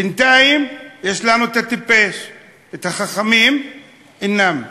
בינתיים יש לנו טיפש, החכמים אינם,